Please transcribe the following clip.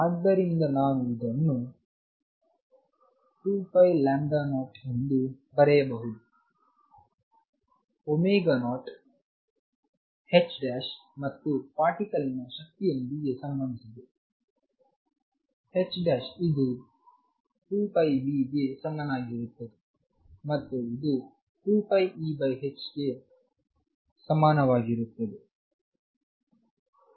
ಆದ್ದರಿಂದ ನಾನು ಇದನ್ನು 2π0ಎಂದು ಬರೆಯಬಹುದು ω0 ℏ ಪಾರ್ಟಿಕಲ್ ನ ಶಕ್ತಿಯೊಂದಿಗೆ ಸಂಬಂಧಿಸಿದೆ ಇದು 2πνಗೆ ಸಮನಾಗಿರುತ್ತದೆ ಮತ್ತು ಇದು 2πEhಗೆ ಸಮಾನವಾಗಿರುತ್ತದೆ